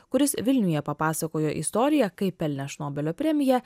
kuris vilniuje papasakojo istoriją kaip pelnė šnobelio premiją